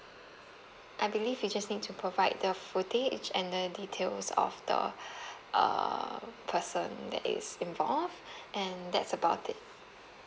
I believe you just need to provide the footage and the details of the uh person that is involved and that's about it